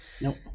Nope